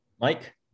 Mike